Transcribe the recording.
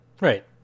Right